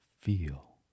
feel